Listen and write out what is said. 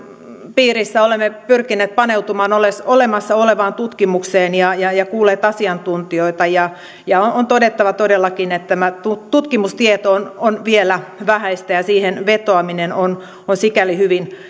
piirissä olemme pyrkineet paneutumaan olemassa olevaan tutkimukseen ja ja kuulleet asiantuntijoita on todettava todellakin että tämä tutkimustieto on on vielä vähäistä ja siihen vetoaminen on sikäli hyvin